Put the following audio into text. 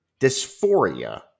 dysphoria